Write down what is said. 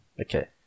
Okay